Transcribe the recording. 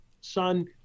son